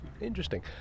Interesting